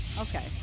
Okay